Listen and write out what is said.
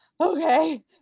okay